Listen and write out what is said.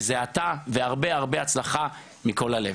וזה אתה והרבה הרבה הצלחה מכל הלב.